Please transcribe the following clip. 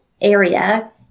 area